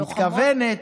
את מתכוונת,